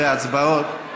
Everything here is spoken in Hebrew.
ההסתייגות לא התקבלה.